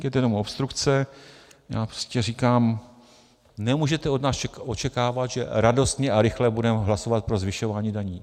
Říkejte jenom obstrukce, já prostě říkám, nemůžete od nás očekávat, že radostně a rychle budeme hlasovat pro zvyšování daní.